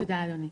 תודה, אדוני.